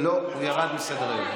הוא ירד מסדר-היום.